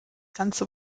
ganze